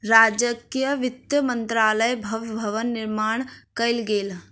राज्यक वित्त मंत्रालयक भव्य भवन निर्माण कयल गेल